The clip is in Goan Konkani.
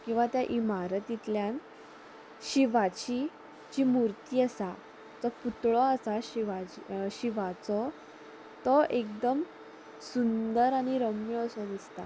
किंवा त्या इमारतीतल्यान शिवाची जी मुर्ती आसा जो पुतळोय आसा शिवाची शिवाचो तो एकदम सुंदर आनी रम्य असो दिसता